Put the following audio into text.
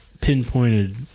pinpointed